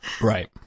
right